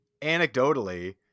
anecdotally